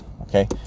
okay